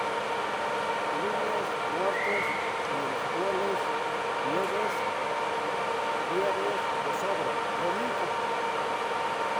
Lunes, mortes, mieroscoles, jieves, viernes uo sabaroh, romincoh.